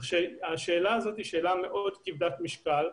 כך שהשאלה הזאת היא שאלה מאוד כבדת משקל.